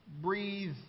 breathe